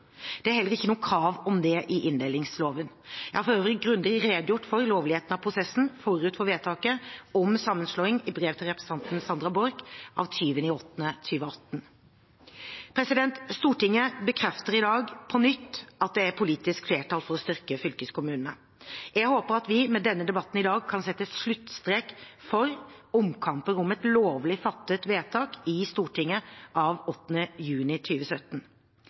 Det er heller ikke noe krav om det i inndelingsloven. Jeg har for øvrig grundig redegjort for lovligheten av prosessen forut for vedtaket om sammenslåing i brev til representanten Sandra Borch av 20. august 2018. Stortinget bekrefter i dag – på nytt – at det er politisk flertall for å styrke fylkeskommunene. Jeg håper at vi med denne debatten i dag kan sette sluttstrek for omkamper om et lovlig fattet vedtak i Stortinget av 8. juni